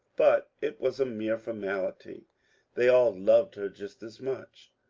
but it was a mere formality they all loved her just as much.